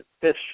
fish